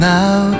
Now